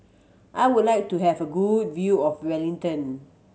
I would like to have a good view of Wellington